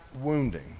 wounding